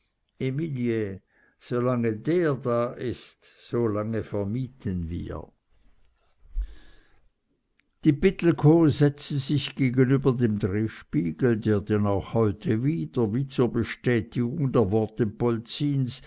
emilie solange der da ist so lange vermieten wir die pittelkow setzte sich gegenüber dem drehspiegel der denn auch heute wieder wie zur bestätigung der worte polzins